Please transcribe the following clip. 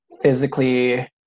physically